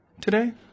today